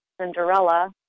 Cinderella